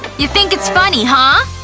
you think it's funny, huh?